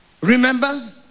Remember